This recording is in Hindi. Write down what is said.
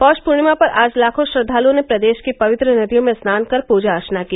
पौष पूर्णिमा पर आज लाखों श्रद्वालुओं ने प्रदेश की पवित्र नदियों में स्नान कर पूजा अर्चना की